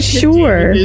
sure